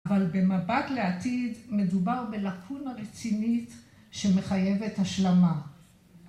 אבל במבט לעתיד, מדובר בלקונה הרצינית שמחייבת השלמה.